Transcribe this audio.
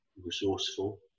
resourceful